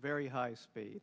very high speed